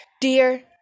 Dear